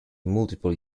multiple